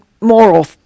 moral